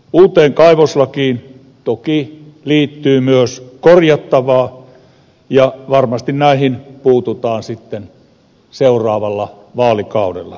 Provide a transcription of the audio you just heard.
uuteen kaivoslakiin toki liittyy myös korjattavaa ja varmasti näihin puututaan sitten seuraavalla vaalikaudella näin uskon